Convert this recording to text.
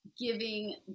giving